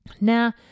Now